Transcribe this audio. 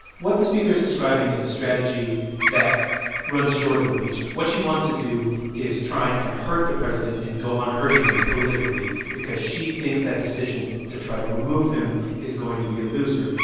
what the speaker is describing is a strategy that runs short of impeachment. what she wants to do is try and hurt the president and go on hurting him politically because she thinks that decision to try to remove him is going to be a loser.